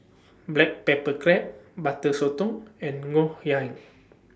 Black Pepper Crab Butter Sotong and Ngoh Hiang